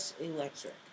electric